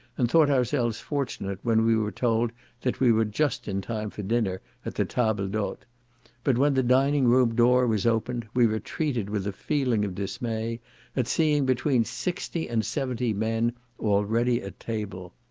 and thought ourselves fortunate when we were told that we were just in time for dinner at the table d'hote but when the dining-room door was opened, we retreated with a feeling of dismay at seeing between sixty and seventy men already at table.